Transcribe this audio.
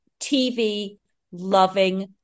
TV-loving